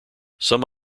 some